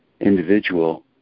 individual